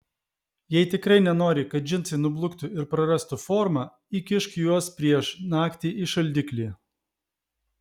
jei tikrai nenori kad džinsai nubluktų ir prarastų formą įkišk juos prieš naktį į šaldiklį